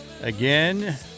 Again